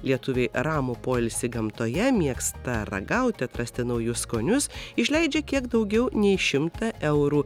lietuviai ramų poilsį gamtoje mėgsta ragauti atrasti naujus skonius išleidžia kiek daugiau nei šimtą eurų